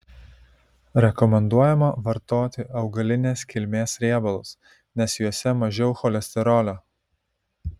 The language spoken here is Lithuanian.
rekomenduojama vartoti augalinės kilmės riebalus nes juose mažiau cholesterolio